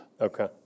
Okay